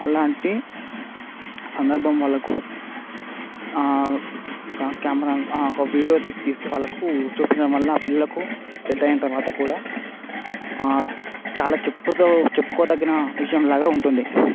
అలాంటి సందర్భం వాళ్ళకు కెమెరా ఒక వీడియో తీసి వాళ్ళకు చూపడం వలన వాళ్ళకు ఆ పిల్లకు పెద్ద అయిన తర్వాత కూడా చాలా చెప్పుతో చెప్పుకో తగిన విషయంలాగా ఉంటుంది